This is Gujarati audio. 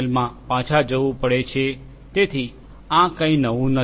માં પાછા જવું પડે છે તેથી આ કઈ નવું નથી